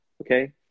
okay